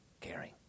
caring